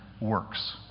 works